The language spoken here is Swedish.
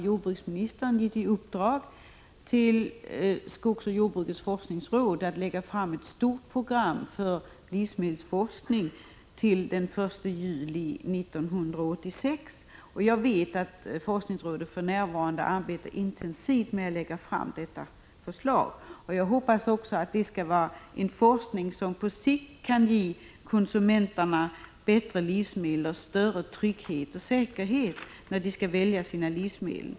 Jordbruksministern har också givit skogsoch jordbrukets forskningsråd i uppdrag att lägga fram ett stort program för livsmedelsforskning till den 1 juli 1986, och jag vet att forskningsrådet för närvarande arbetar intensivt med att ta fram detta förslag. Jag hoppas att det skall vara en forskning som på sikt kan ge konsumenterna bättre livsmedel och större trygghet och säkerhet när de skall välja sina livsmedel.